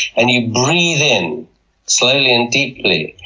and you breathe in slowly and deeply.